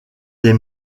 des